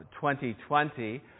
2020